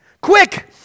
Quick